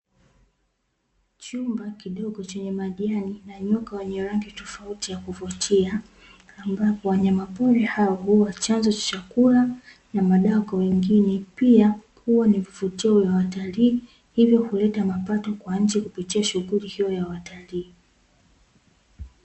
Chumba kidogo chenye majani na nyoka wenye tofauti ya kuvutia, ambapo wanyama pori hao, huwa chanzo cha chakula na madawa kwa wengine; pia huwa ni vivutio vya watalii, hivyo huleta mapato kwa nchi kupitia shughuli hiyo ya watalii.